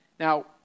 Now